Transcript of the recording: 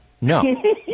No